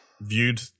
Viewed